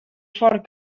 fort